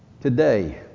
today